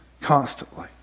constantly